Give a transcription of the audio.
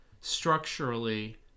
structurally